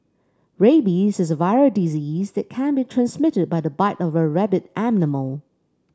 rabies is a viral disease that can be transmitted by the bite of a rabid animal